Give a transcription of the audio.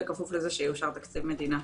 בכפוף לזה שיאושר תקציב מדינה.